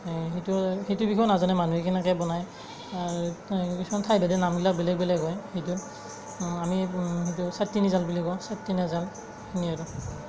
সেইটো সেইটো বিষয়েও নাজানে মানুহে কেনেকৈ বনায় কিছুমান ঠাইভেদে নামবিলাক বেলেগ বেলেগ হয় সেইটোৰ আমি সেইটো চতিয়নী জাল বুলি কওঁ চতিয়না জাল এইখিনিয়ে আৰু